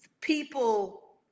people